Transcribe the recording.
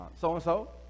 so-and-so